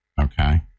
Okay